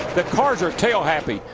the cars are tail-happy.